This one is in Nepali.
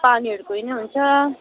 पानीहरूको उयो नि हुन्छ